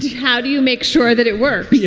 how do you make sure that it work? yeah